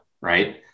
right